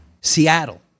Seattle